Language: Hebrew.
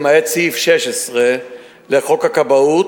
למעט סעיף 16 לחוק הכבאות,